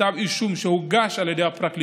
היות שמדובר בכתב אישום שהוגש על ידי הפרקליטות,